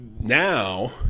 now